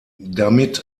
damit